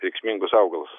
reikšmingus augalus